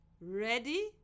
Ready